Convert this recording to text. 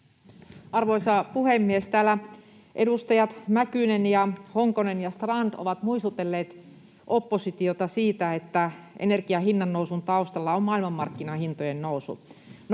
Arvoisa puhemies! Täällä edustajat Mäkynen, Honkonen ja Strand ovat muistutelleet oppositiota siitä, että energian hinnannousun taustalla on maailmanmarkkinahintojen nousu.